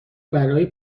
برای